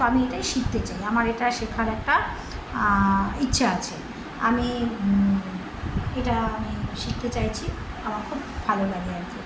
তো আমি এটাই শিখতে চাই আমার এটা শেখার একটা ইচ্ছা আছে আমি এটা আমি শিখতে চাইছি আমার খুব ভালো লাগে আর কি